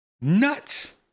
nuts